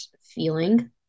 feeling